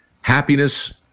Happiness